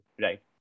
right